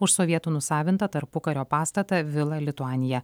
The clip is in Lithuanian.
už sovietų nusavintą tarpukario pastatą vila lituanija